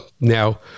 Now